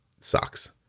sucks